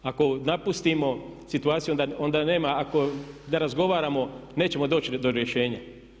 Ako napustimo situaciju onda nema, ako ne razgovaramo nećemo doći do rješenja.